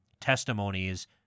testimonies